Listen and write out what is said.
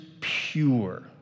pure